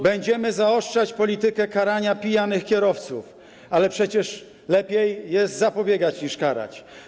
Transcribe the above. Będziemy zaostrzać politykę karania pijanych kierowców, ale przecież lepiej jest zapobiegać, niż karać.